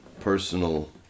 personal